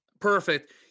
Perfect